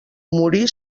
morí